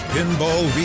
Pinball